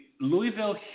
Louisville